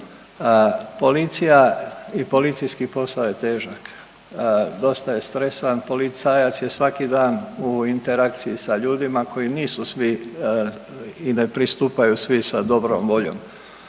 Policija i policijski posao je težak. Dosta je stresan, policajac je svaki dan u interakciji sa ljudima koji nisu svi i ne pristupaju svi sa dobrom voljom.